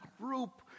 group